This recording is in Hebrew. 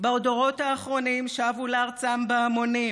"בדורות האחרונים שבו לארצם בהמונים,